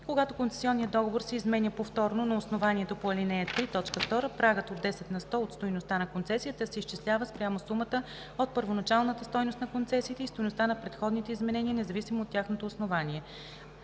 Когато концесионният договор се изменя повторно на основанието по ал. 3, т. 2, прагът от 10 на сто от стойността на концесията се изчислява спрямо сумата от първоначалната стойност на концесията и стойността на предходните изменения, независимо от тяхното основание.